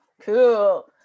Cool